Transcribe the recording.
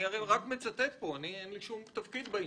אני רק מצטט פה, אין לי שום תפקיד בעניין.